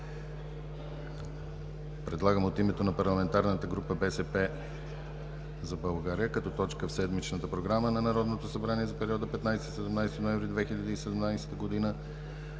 „Предлагам от името на парламентарната група „БСП за България“ като точка в седмичната Програма на Народното събрание за периода 15 – 17 ноември 2017 г.